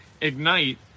Ignite